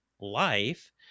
life